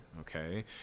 okay